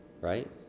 right